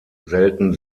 selten